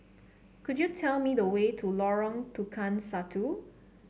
could you tell me the way to Lorong Tukang Satu